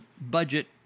budget